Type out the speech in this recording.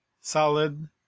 solid